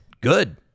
good